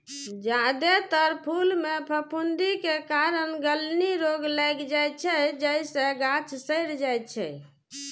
जादेतर फूल मे फफूंदी के कारण गलनी रोग लागि जाइ छै, जइसे गाछ सड़ि जाइ छै